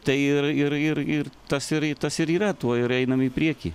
tai ir ir ir ir tas ir tas ir yra tuo ir einam į priekį